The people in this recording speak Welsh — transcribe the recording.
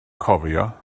cofio